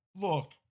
Look